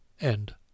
End